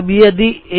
अब यदि ए